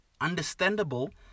understandable